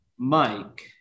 Mike